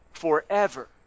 forever